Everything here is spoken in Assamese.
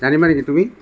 জানিবা নেকি তুমি